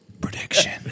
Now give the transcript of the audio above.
prediction